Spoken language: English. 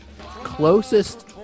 closest